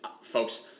folks